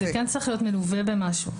זה כן צריך להיות מלווה במשהו,